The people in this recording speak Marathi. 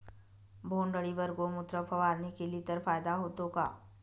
बोंडअळीवर गोमूत्र फवारणी केली तर फायदा होतो का?